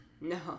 No